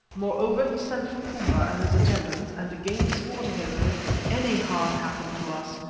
moreover, he sent for komba and his attendants, and again swore to him that if any harm happened to us,